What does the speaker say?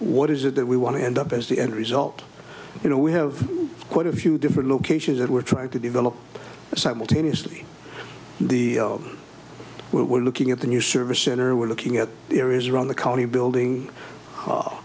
what is it that we want to end up as the end result you know we have quite a few different locations that we're trying to develop simultaneously in the what we're looking at the new service center we're looking at here is around the county building